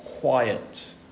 quiet